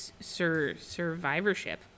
survivorship